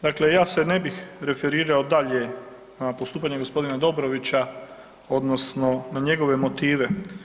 Dakle, ja se ne bih referirao dalje na postupanje g. Dobrovića odnosno na njegove motive.